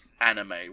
anime